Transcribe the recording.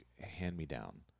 hand-me-down